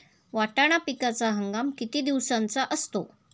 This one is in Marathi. वाटाणा पिकाचा हंगाम किती दिवसांचा असतो?